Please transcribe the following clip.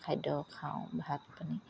খাদ্য খাওঁ ভাত পানী